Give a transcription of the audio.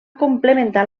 complementar